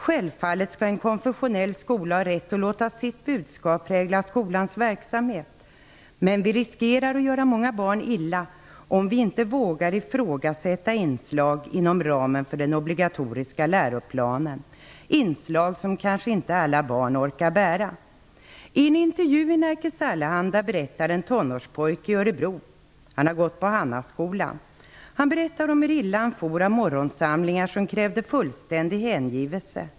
Självfallet skall en konfessionell skola ha rätt att låta sitt budskap prägla skolans verksamhet, men vi riskerar att göra många barn illa om vi inte vågar ifrågasätta inslag inom ramen för den obligatoriska läroplanen som kanske inte alla barn orkar bära. I en intervju i Nerikes Allehanda berättar en tonårspojke i Örebro som gått i Hannaskolan om hur illa han for av morgonsamlingar som krävde fullständig hängivelse.